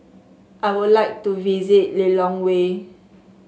I would like to visit Lilongwe